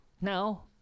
Now